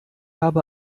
habe